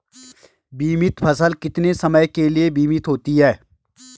बीमित फसल कितने समय के लिए बीमित होती है?